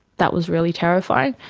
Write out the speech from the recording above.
that was really terrifying.